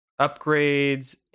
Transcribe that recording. upgrades